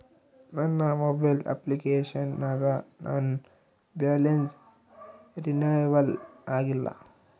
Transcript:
ನನ್ನ mobile application ನಾಗ ನನ್ ಬ್ಯಾಲೆನ್ಸ್ ರೀನೇವಲ್ ಆಗಿಲ್ಲ